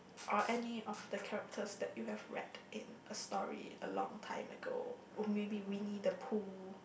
or any of the characters that you have read in a story a long time ago or maybe Winnie the Pooh